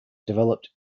developed